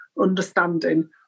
understanding